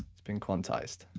it's been quantized.